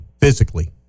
physically